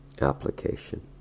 application